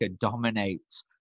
dominates